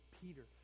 Peter